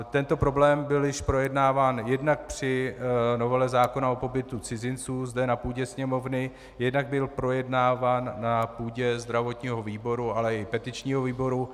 Tento problém byl již projednáván jednak při novele zákona o pobytu cizinců zde na půdě Sněmovny, jednak byl projednáván na půdě zdravotního výboru, ale i petičního výboru.